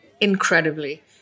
Incredibly